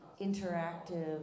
interactive